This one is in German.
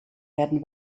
werden